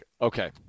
Okay